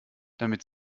damit